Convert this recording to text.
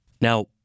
Now